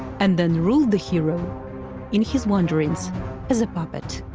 and then ruled the hero in his wanderings as a puppet.